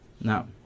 Now